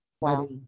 wow